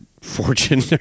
fortune